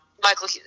Michael